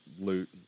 loot